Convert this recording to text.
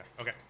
Okay